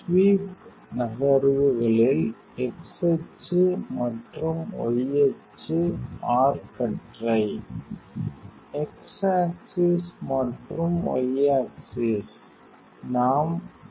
sweep நகர்வுகளில் x அச்சு மற்றும் y அச்சு ஆர் கற்றை x axis மற்றும் y axis நாம் 2639